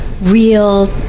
real